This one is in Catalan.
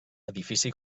edifici